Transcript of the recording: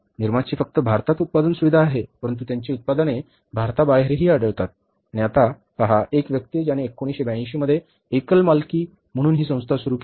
निरमाची फक्त भारतात उत्पादन सुविधा आहे परंतु त्यांची उत्पादने भारताबाहेरही आढळतात आणि आता पहा एक व्यक्ती ज्याने 1982 मध्ये एकल मालकी म्हणून ही संस्था सुरू केली